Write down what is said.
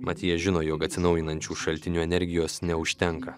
mat jie žino jog atsinaujinančių šaltinių energijos neužtenka